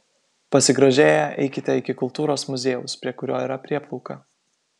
pasigrožėję eikite iki kultūros muziejaus prie kurio yra prieplauka